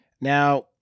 Now